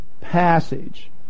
passage